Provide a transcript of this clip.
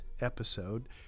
episode